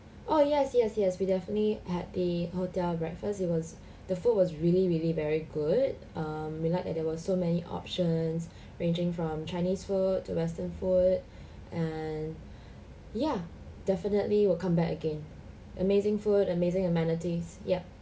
oh yes yes yes we definitely had the hotel breakfast it was the food was really really very good um we like that there was so many options ranging from chinese food to western food and ya definitely we'll come back again amazing food amazing amenities yup